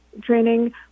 training